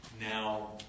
now